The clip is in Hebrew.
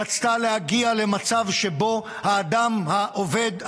רצתה להגיע למצב שבו האדם העובד,